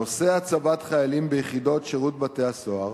נושא הצבת חיילים ביחידות שירות בתי-הסוהר